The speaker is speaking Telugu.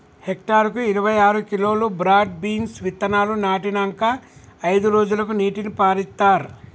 హెక్టర్ కు ఇరవై ఆరు కిలోలు బ్రాడ్ బీన్స్ విత్తనాలు నాటినంకా అయిదు రోజులకు నీటిని పారిత్తార్